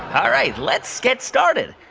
all right, let's get started.